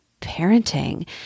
parenting